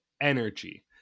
energy